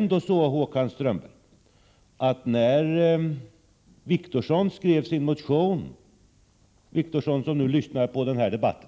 När Åke Wictorsson skrev sin motion — Åke Wictorsson som nu lyssnar på denna debatt